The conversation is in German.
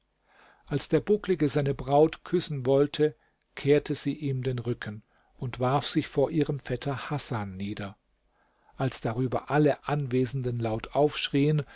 als der bucklige seine braut küssen wollte kehrte sie ihm den rücken und warf sich vor ihrem vetter hasan nieder als darüber alle anwesenden laut aufschrien